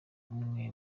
umwe